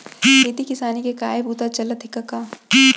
खेती किसानी के काय बूता चलत हे कका?